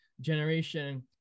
generation